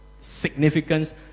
significance